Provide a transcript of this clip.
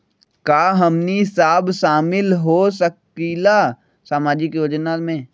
का हमनी साब शामिल होसकीला सामाजिक योजना मे?